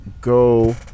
go